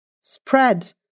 spread